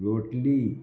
लोटली